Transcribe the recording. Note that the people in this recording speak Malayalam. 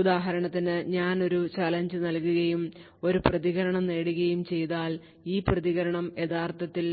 ഉദാഹരണത്തിന് ഞാൻ ഒരു ചലഞ്ച് നൽകുകയും ഒരു പ്രതികരണം നേടുകയും ചെയ്താൽ ഈ പ്രതികരണം യഥാർത്ഥത്തിൽ